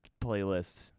playlist